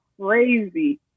crazy